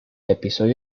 episodio